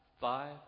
five